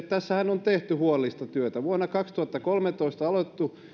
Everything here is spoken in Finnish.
tässähän on tehty huolellista työtä vuonna kaksituhattakolmetoista on aloitettu